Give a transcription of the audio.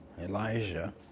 Elijah